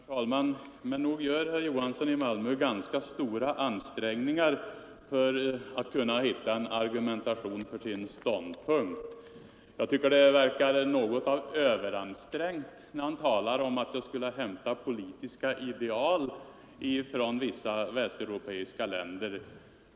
Herr talman! Men nog gör herr Johansson i Malmö ganska stora ansträngningar för att hitta argument för sin ståndpunkt. Jag tycker det verkar något överansträngt när han talar om att jag skulle hämta politiska ideal från vissa västeuropeiska länder.